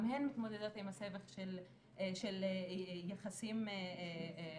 גם הן מתמודדות עם הסבך של יחסים משפחתיים.